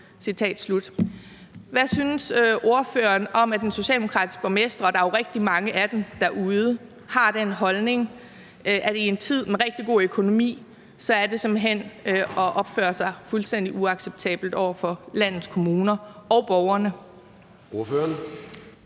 Hvad synes ordføreren om, at socialdemokratiske borgmestre – og der er jo rigtig mange af dem derude – har den holdning, at i en tid med rigtig god økonomi er det simpelt hen at opføre sig fuldstændig uacceptabelt over for landets kommuner og borgerne?